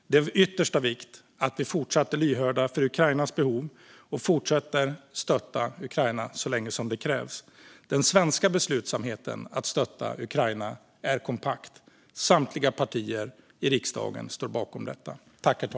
Det är av yttersta vikt att vi fortsatt är lyhörda för Ukrainas behov och fortsätter stötta Ukraina så länge som det krävs. Den svenska beslutsamheten att stötta Ukraina är kompakt. Samtliga partier i riksdagen står bakom detta.